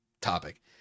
topic